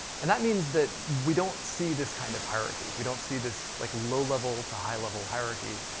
and that means that we don't see this kind of hierarchy. we don't see this like low-level to high-level hierarchy,